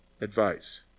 advice